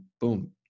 boom